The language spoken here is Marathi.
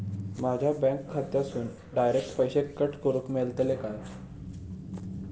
माझ्या बँक खात्यासून डायरेक्ट पैसे कट करूक मेलतले काय?